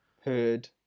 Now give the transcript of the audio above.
heard